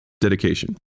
dedication